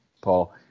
Paul